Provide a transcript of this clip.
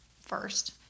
first